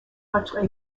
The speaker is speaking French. votre